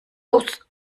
aus